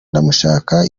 ndamushaka